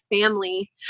family